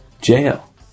jail